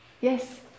Yes